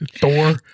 thor